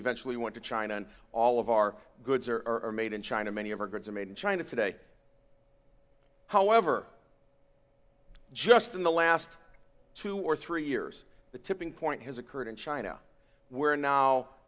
eventually went to china and all of our goods are are made in china many of our goods are made in china today however just in the last two or three years the tipping point has occurred in china where now